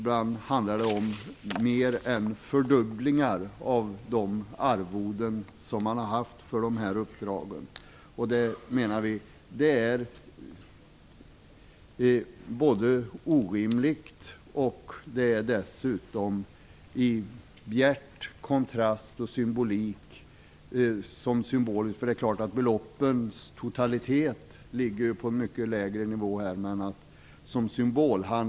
Ibland handlar det om mer än fördubblingar av de arvoden som man haft för de här uppdragen. Det menar vi är orimligt. Förutom att det är orimligt står det dessutom i bjärt kontrast till beslutet om sociala nedskärningar som riksdagens majoritet fattade för några minuter sedan.